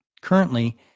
Currently